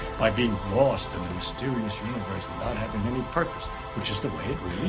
by being lost and and mysterious universe without having any purpose which is the way it